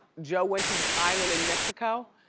joe went to this island in mexico.